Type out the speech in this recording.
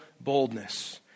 boldness